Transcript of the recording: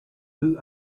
deux